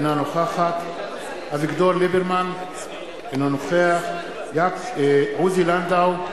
אינה נוכחת אביגדור ליברמן, אינו נוכח עוזי לנדאו,